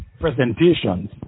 presentations